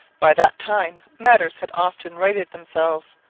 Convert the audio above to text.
by that time matters had often righted themselves,